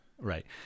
Right